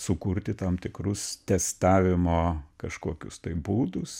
sukurti tam tikrus testavimo kažkokius tai būdus